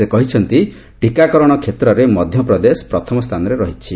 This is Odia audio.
ସେ କହିଛନ୍ତି ଟିକାକରଣ କ୍ଷେତ୍ରରେ ମଧ୍ୟପ୍ରଦେଶ ପ୍ରଥମ ସ୍ଥାନରେ ରହିଛି